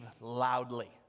loudly